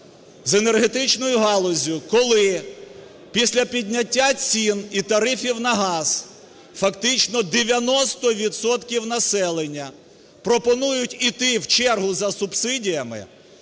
з енергетичною галуззю, коли після підняття цін і тарифів на газ фактично 90 відсотків населення пропонують йти в чергу за субсидіями,